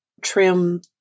trim